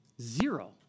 Zero